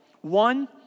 One